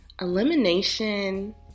elimination